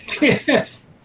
Yes